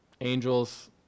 angels